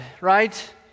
right